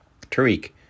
Tariq